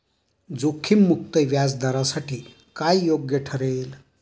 जोखीम मुक्त व्याजदरासाठी काय योग्य ठरेल?